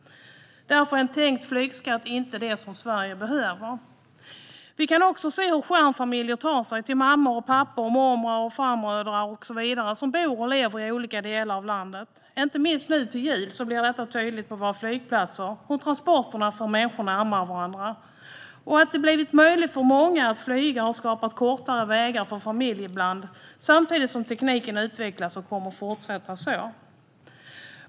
Därför är en tänkt flygskatt inte vad Sverige behöver. Vi kan se hur stjärnfamiljer tar sig till mammor, pappor, mormödrar, farmödrar och så vidare som bor och lever i olika delar av landet. Inte minst nu till jul är det tydligt på våra flygplatser hur transporterna för människor närmare varandra. Att det blivit möjligt för många att flyga har skapat kortare vägar för familjeband samtidigt som tekniken utvecklats och kommer att fortsätta att göra det.